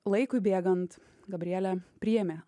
laikui bėgant gabrielė priėmė